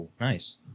nice